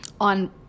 on